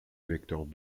vecteurs